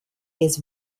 his